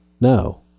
No